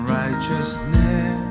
righteousness